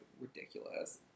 ridiculous